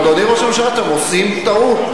אדוני ראש הממשלה, אתם עושים טעות.